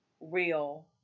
real